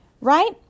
right